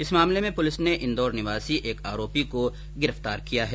इस मामले में पुलिस ने इन्दौर निवासी एक आरोपी को गिरफ्तार किया है